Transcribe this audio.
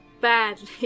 badly